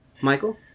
Michael